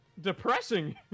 depressing